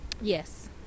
Yes